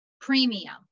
premium